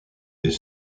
est